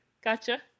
Gotcha